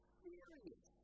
serious